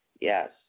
Yes